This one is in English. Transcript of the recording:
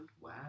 Wow